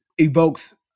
evokes